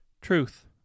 Truth